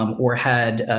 um or had a,